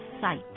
Sight